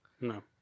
No